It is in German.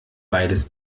beides